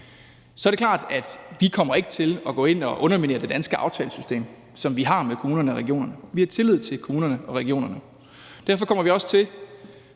Så er det klart, at vi ikke kommer til at gå ind og underminere det danske aftalesystem, som vi har med kommunerne og regionerne. Vi har tillid til kommunerne og regionerne. Derfor kommer vi også til